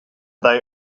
they